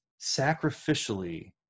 sacrificially